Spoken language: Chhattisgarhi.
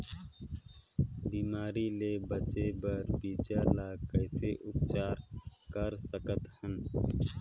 बिमारी ले बचाय बर बीजा ल कइसे उपचार कर सकत हन?